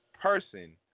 person